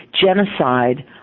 genocide